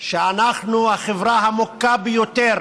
שאנחנו החברה המוכה ביותר